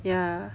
ya